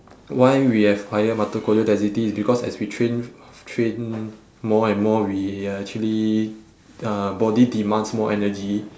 why we have higher mitochondrial density it's because as we train train more and more we actually uh body demands more energy